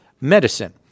medicine